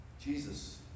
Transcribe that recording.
Jesus